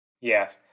Yes